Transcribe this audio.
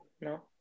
No